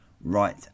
right